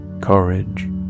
courage